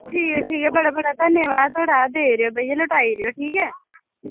ठीक ऐ ठीक ऐ बड़ा बड़ा धन्यबाद देई ओड़ेओ ते लौटाई ओड़ेओ ठीक ऐ